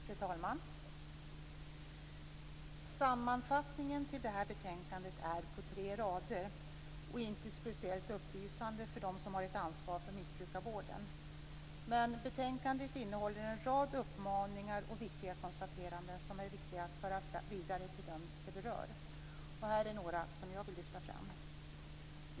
Fru talman! Sammanfattningen till detta betänkande är på tre rader och inte speciellt upplysande för dem som har ett ansvar för missbrukarvården. Men betänkandet innehåller en rad uppmaningar och konstateranden som är viktiga att föra vidare till dem de berör. Här är några som jag vill lyfta fram.